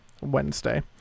Wednesday